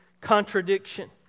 contradiction